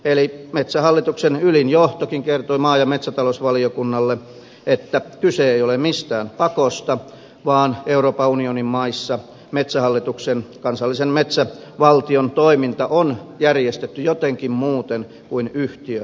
eli metsähallituksen ylin johtokin kertoi maa ja metsätalousvaliokunnalle että kyse ei ole mistään pakosta vaan euroopan unionin maissa valtion kansallinen metsätoiminta on järjestetty jotenkin muuten kuin yhtiömallilla